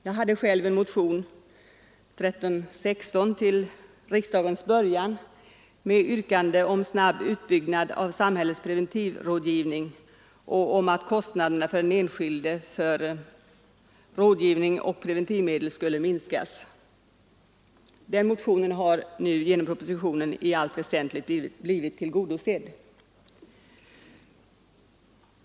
Jag väckte själv en motion, nr 1316, vid riksdagens början med yrkande om snabb utbyggnad av samhällets preventivrådgivning och om att kostnaderna för den enskilde för rådgivning och preventivmedel skulle minskas. Den motionen har nu i allt väsentligt blivit tillgodosedd.